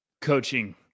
coaching